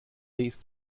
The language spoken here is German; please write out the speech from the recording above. ist